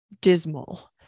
dismal